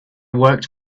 worked